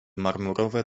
marmurowe